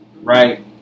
right